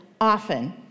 often